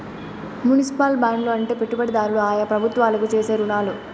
municipal బాండ్లు అంటే పెట్టుబడిదారులు ఆయా ప్రభుత్వాలకు చేసే రుణాలు